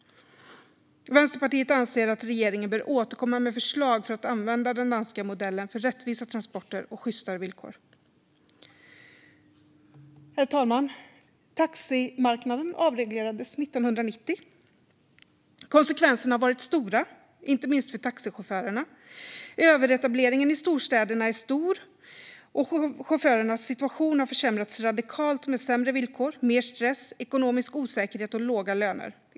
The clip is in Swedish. Vänsterpartiet anser att regeringen bör återkomma med förslag för att använda den danska modellen för rättvisa transporter och sjystare villkor. Herr talman! Taximarknaden avreglerades 1990. Konsekvenserna har varit stora, inte minst för taxichaufförerna. Överetableringen i storstäderna är stor, och chaufförernas situation har försämrats radikalt med sämre villkor, mer stress, ekonomisk osäkerhet och låga löner.